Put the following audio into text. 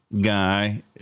guy